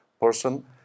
person